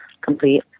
complete